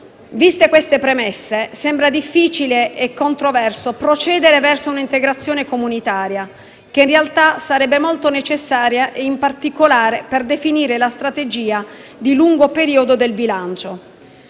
Viste queste premesse, sembra difficile e controverso procedere verso un'integrazione comunitaria, che - in realtà - sarebbe assai necessaria, in particolare per definire la strategia di lungo periodo del bilancio.